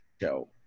show